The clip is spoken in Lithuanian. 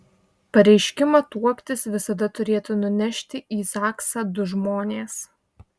pareiškimą tuoktis visada turėtų nunešti į zaksą du žmonės